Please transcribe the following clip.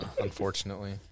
unfortunately